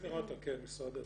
אני מרת"א, כן, משרד התחבורה.